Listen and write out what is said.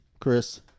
Chris